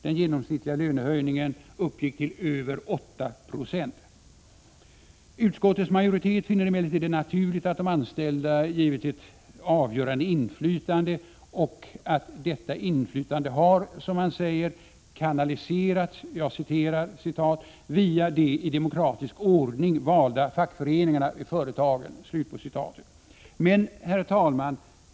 Den genomsnittliga lönehöjningen uppgick till över 8 9o! Utskottets majoritet finner det emellertid naturligt att de anställda givits ett avgörande inflytande och att detta inflytande har, som man säger, kanaliserats ”via de i demokratisk ordning valda fackföreningarna vid företagen”. Herr talman!